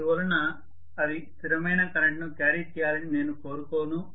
అందువలన అవి స్థిరమైన కరెంట్ను క్యారీ చేయాలని నేను కోరుకోను